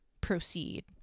proceed